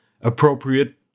appropriate